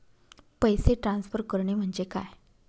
पैसे ट्रान्सफर करणे म्हणजे काय?